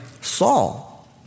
Saul